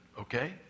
Okay